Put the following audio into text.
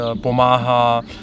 pomáhá